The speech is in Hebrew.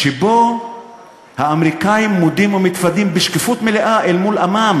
שבו האמריקנים מודים ומתוודים בשקיפות מלאה אל מול עמם